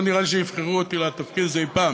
לא נראה לי שיבחרו אותי לתפקיד הזה אי-פעם.